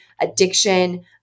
addiction